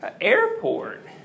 airport